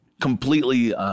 completely –